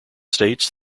states